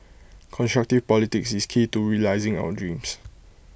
constructive politics is key to realising our dreams